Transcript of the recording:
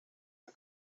the